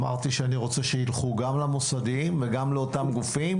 אמרתי שאני רוצה שילכו גם למוסדיים וגם לאותם גופים